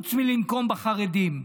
חוץ מלנקום בחרדים?